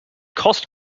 cost